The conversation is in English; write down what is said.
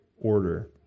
order